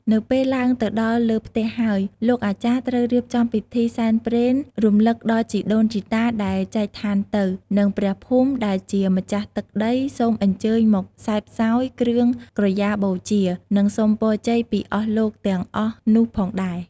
នៅពេលឡើងទៅដល់លើផ្ទះហើយ លោកអាចារ្យត្រូវរៀបចំពិធីសែនព្រេង រំឭកដល់ជីដូនជីតាដែលចែកឋានទៅ និងព្រះភូមិដែលជាម្ចាស់ទឹកដី សូមអញ្ជើញមកសេពសោយគ្រឿងក្រយាបូជា និងសុំពរជ័យពីអស់លោកទាំងអស់នោះផងដែរ។